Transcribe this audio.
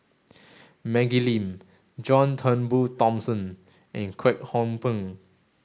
Maggie Lim John Turnbull Thomson and Kwek Hong Png